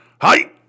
Hi